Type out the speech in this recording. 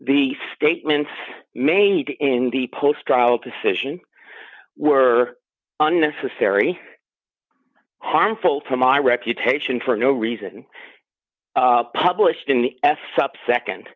the statements made in the post trial decision were unnecessary harmful to my reputation for no reason published in the s up